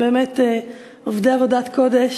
והם באמת עובדי עבודת קודש,